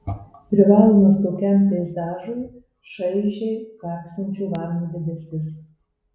privalomas tokiam peizažui šaižiai karksinčių varnų debesis